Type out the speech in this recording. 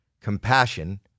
compassion